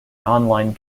online